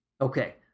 Okay